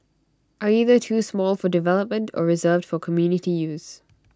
are either too small for development or reserved for community use